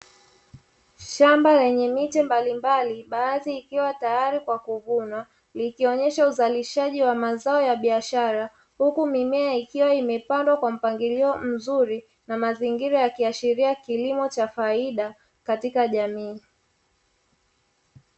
Shamba lenye miche mbalimbali, baadhi iliyo tayari kwa kuvunwa, likionyesha uzalishaji wa mazao ya biashara, huku mimea ikiwa imepandwa kwa mpangilio mzuri, na mazingira ya kiashiria kilimo cha faida katika jamii.